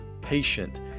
Patient